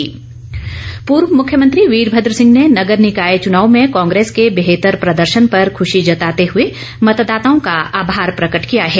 कांग्रेस पूर्व मुख्यमंत्री वीरभद्र सिंह ने नगर निकाय चुनाव में कांग्रेस के बेहतर प्रदर्शन पर खुशी जताते हुए मतदाताओं का आभार प्रकट किया है